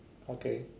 okay